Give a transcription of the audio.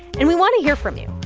and we want to hear from you.